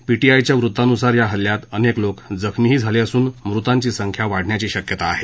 पीटीआयच्या वेत्तानुसार या हल्ल्यात अनेक लोक जखमी झाले असून मृतांची संख्या वाढण्याची शक्यता आहे